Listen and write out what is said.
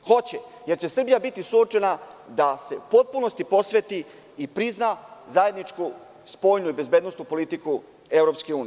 Hoće, jer će Srbija biti suočena da se u potpunosti posveti i prizna zajedničku spoljnu i bezbednosnu politiku EU.